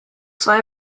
zwei